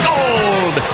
Gold